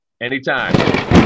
anytime